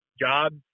jobs